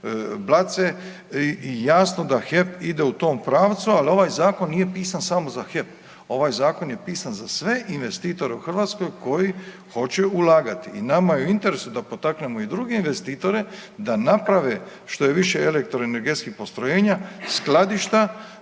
Blace, jasno da HEP ide u tom pravcu, ali ovaj zakon nije pisan samo za HEP. Ovaj zakon je pisan za sve investitore u Hrvatskoj koji hoće ulagati. I nama je u interesu da potaknemo i druge investitore da naprave što je više elektroenergetskih postrojenja, skladišta,